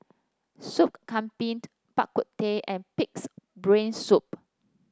Sop Kambing Bak Kut Teh and pig's brain soup